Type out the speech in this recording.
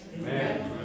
Amen